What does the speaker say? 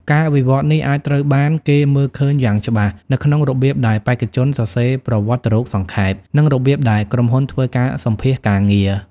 ការវិវត្តន៍នេះអាចត្រូវបានគេមើលឃើញយ៉ាងច្បាស់នៅក្នុងរបៀបដែលបេក្ខជនសរសេរប្រវត្តិរូបសង្ខេប និងរបៀបដែលក្រុមហ៊ុនធ្វើការសម្ភាសន៍ការងារ។